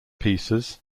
pieces